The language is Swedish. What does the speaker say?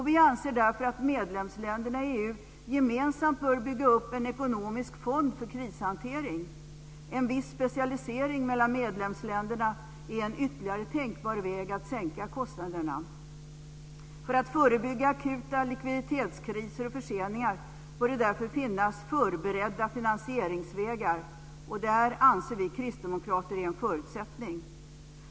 Vi anser därför att medlemsländerna i EU gemensamt bör bygga upp en ekonomisk fond för krishantering. En viss specialisering mellan medlemsländerna är en ytterligare tänkbar väg att sänka kostnaderna. För att förebygga akuta likviditetskriser och förseningar bör det därför finnas förberedda finansieringsvägar. Detta anser vi kristdemokrater är en förutsättning.